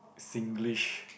Singlish